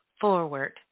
forward